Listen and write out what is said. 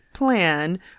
plan